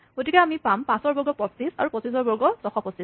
গতিকে আমি পাম পাঁচৰ বৰ্গ ২৫ আৰু ২৫ ৰ বৰ্গ ৬২৫